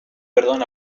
perdón